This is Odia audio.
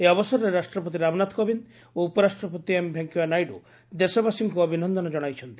ଏହି ଅବସରରେ ରାଷ୍ଟ୍ରପତି ରାମନାଥ କୋବିନ୍ଦ ଓ ଉପରାଷ୍ଟ୍ରପତି ଏମ୍ ଭେଙ୍କୟା ନାଇଡୁ ଦେଶବାସୀଙ୍କୁ ଅଭିନନ୍ଦନ ଜଣାଇଛନ୍ତି